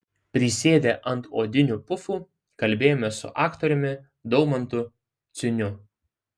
prisėdę ant odinių pufų kalbėjomės su aktoriumi daumantu ciuniu